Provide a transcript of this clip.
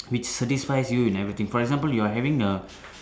which satisfies you in everything for example you are having a